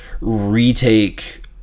retake